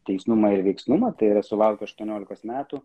teisnumą ir veiksnumą tai yra sulaukę aštuoniolikos metų